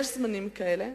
ויש זמנים כאלה.